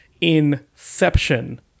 Inception